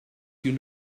unit